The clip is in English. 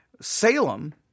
Salem